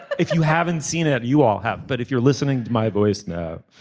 if you haven't seen it you all have. but if you're listening to my voice now